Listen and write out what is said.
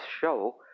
show